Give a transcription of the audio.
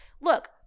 look